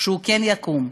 שהוא כן יקום.